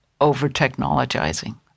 over-technologizing